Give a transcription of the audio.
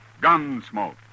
Gunsmoke